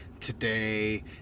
today